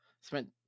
spent